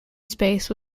space